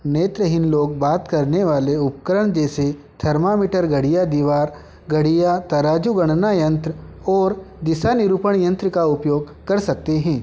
नेत्रहीन लोग बात करने वाले उपकरण जैसे थर्मामीटर घड़ियाँ दिवार घड़ियाँ तराज़ू गणना यंत्र और दिशा निरूपण यंत्र का उपयोग कर सकते हैं